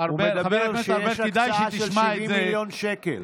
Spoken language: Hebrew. הוא מדבר על כך שיש הקצאה של 70 מיליון שקל.